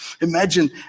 Imagine